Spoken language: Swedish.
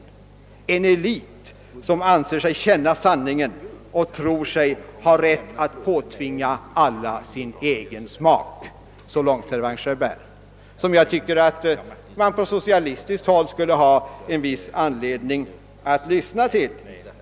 En elit, som anser sig känna sanningen, tror sig ha rätt att påtvinga alla sin egen smak.» Så långt Servan-Schreiber, som jag tycker att man på socialistiskt håll skulle ha en viss anledning att lyssna till.